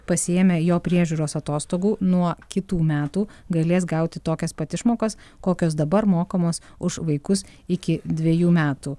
pasiėmę jo priežiūros atostogų nuo kitų metų galės gauti tokias pat išmokas kokios dabar mokamos už vaikus iki dvejų metų